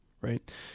right